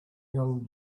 young